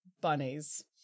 bunnies